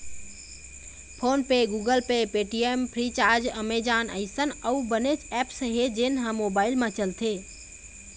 phone पे, Google Pay, Paytm, Freecharge, Amazon अइसन अउ बनेच ऐप्स हे जेन ह मोबाईल म चलथे